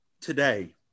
Today